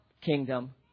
kingdom